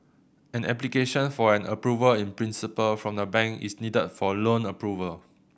an application for an Approval in Principle from the bank is needed for loan approval